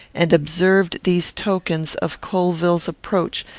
and observed these tokens of colvill's approach,